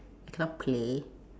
I cannot play